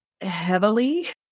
heavily